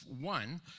one